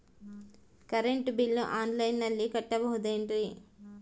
Current bill ಆನ್ಲೈನಿನಲ್ಲಿ ಕಟ್ಟಬಹುದು ಏನ್ರಿ?